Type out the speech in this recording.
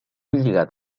lligat